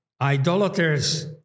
idolaters